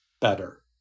better